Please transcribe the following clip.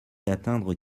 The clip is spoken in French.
d’atteindre